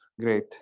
Great